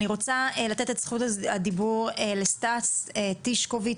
אני רוצה לתת את זכות הדיבור לסטס טישקוביץ,